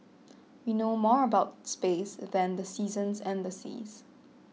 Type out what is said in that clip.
we know more about space than the seasons and the seas